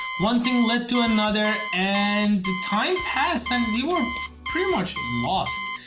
one thing led to another and time passed and we were pretty much lost,